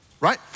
right